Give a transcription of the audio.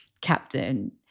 captain